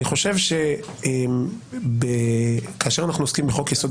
אני חושב שכאשר אנחנו עוסקים בחוק יסוד: